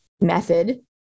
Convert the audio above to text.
method